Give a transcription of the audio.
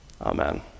Amen